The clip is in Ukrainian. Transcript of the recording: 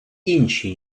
інші